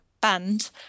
band